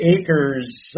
acres